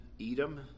Edom